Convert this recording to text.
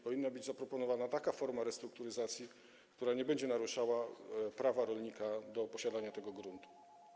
Powinna być zaproponowana taka forma restrukturyzacji, która nie będzie naruszała prawa rolnika do posiadania tego gruntu.